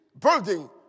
building